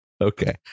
okay